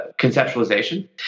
conceptualization